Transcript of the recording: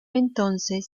entonces